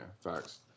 facts